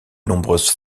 nombreuses